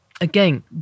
again